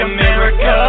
America